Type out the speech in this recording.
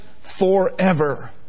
forever